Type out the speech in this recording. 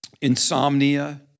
insomnia